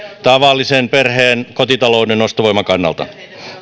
tavallisen perheen kotitalouden ostovoiman kannalta